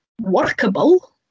workable